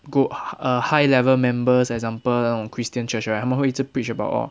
go uh high level members example 那种 christian church right 他们会一直 preach about orh